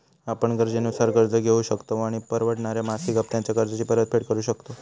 आपण गरजेनुसार कर्ज घेउ शकतव आणि परवडणाऱ्या मासिक हप्त्त्यांत कर्जाची परतफेड करु शकतव